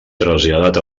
traslladat